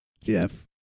Jeff